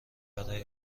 برای